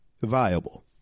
viable